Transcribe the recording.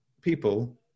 people